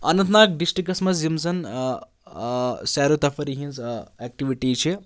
اننت ناگ ڈِسٹِرکَس منٛز یِم زَن سیروتفریح ہِنٛز اٮ۪کٹوِٹیٖز چھِ